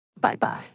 Bye-bye